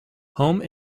home